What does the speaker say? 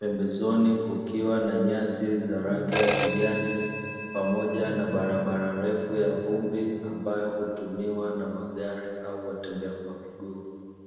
pembezoni kukiwa na nyasi za rangi ya kijani, pamoja na barabara refu ya vumbi, ambayo hutumiwa na magari au watembea kwa miguu.